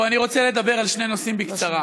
אני רוצה לדבר על שני נושאים בקצרה.